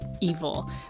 evil